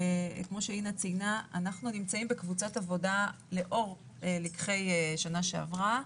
שאינה ציינה, לאחר לקחי שנה שעברה,